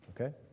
okay